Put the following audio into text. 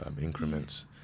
increments